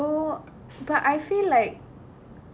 ya so but I feel like